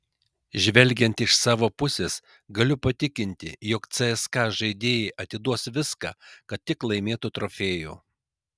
žvelgiant iš savo pusės galiu patikinti jog cska žaidėjai atiduos viską kad tik laimėtų trofėjų